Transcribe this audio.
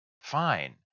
fine